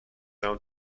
دارم